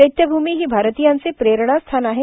चैत्यभूमी ही भारतीयांचे प्रेरणास्थान आहे